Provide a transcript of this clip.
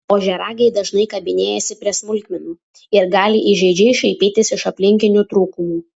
ožiaragiai dažnai kabinėjasi prie smulkmenų ir gali įžeidžiai šaipytis iš aplinkinių trūkumų